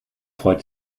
freut